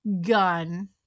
gun